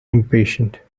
impatient